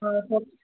ആ